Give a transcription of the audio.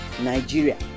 Nigeria